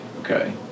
okay